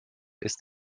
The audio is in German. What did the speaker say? ist